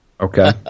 Okay